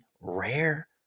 rare